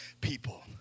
people